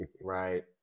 right